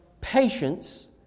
patience